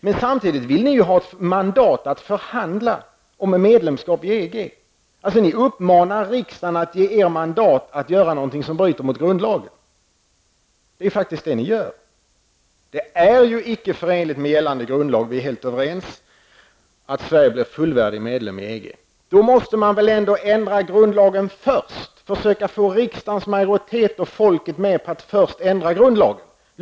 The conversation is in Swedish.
Men samtidigt vill ni ju ha ett mandat att förhandla om medlemskap i EG. Ni uppmanar alltså riksdagen att ge er mandat att göra någonting som bryter mot grundlagen -- det är faktiskt det ni gör. Det är ju icke förenligt med gällande grundlag -- vi är helt överens om det -- att Sverige blir fullvärdig medlem i EG. Då måste man väl försöka få riksdagens majoritet och folket med på att först ändra grundlagen.